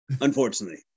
unfortunately